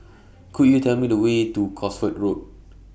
Could YOU Tell Me The Way to Cosford Road